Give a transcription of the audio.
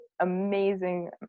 amazing